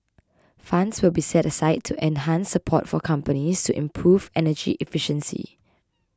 funds will be set aside to enhance support for companies to improve energy efficiency